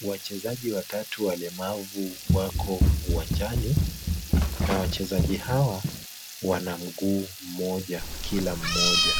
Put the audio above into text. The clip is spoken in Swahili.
Wachezaji watatu walemavu wako uwanjani na wachezaji hawa wana mguu mmoja kila mmoja.